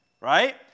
right